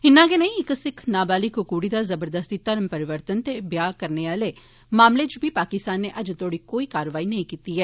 इन्ना गै नेई इक सिक्ख नाबालिक कुड़ी दा जबरदस्ती धर्म परिवर्तन ते ब्याह करने आले मामले च बी पाकिस्तान नै अजें तोहड़ी कोई कारवाई नेई कीती ऐ